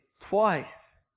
twice